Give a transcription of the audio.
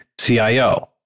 CIO